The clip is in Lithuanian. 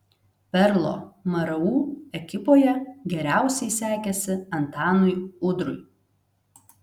perlo mru ekipoje geriausiai sekėsi antanui udrui